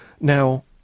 Now